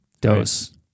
dose